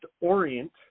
Orient